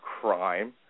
crime